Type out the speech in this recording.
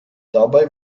dabei